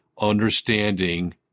understanding